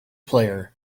player